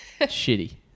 Shitty